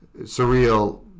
surreal